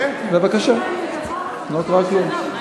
חבר'ה, להיות רגועים, לא קרה כלום.